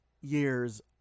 years